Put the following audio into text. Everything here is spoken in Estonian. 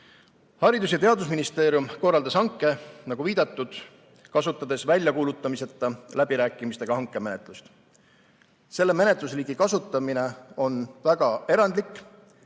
Haridus- ja Teadusministeerium korraldas hanke, nagu viidatud, kasutades väljakuulutamiseta läbirääkimistega hankemenetlust. Selle menetlusliigi kasutamine on väga erandlik